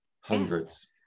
Hundreds